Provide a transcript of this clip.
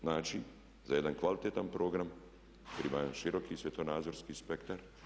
Znači, za jedan kvalitetan program treba jedan široki svjetonazorski spektar.